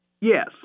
Yes